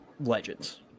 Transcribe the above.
legends